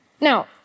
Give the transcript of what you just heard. Now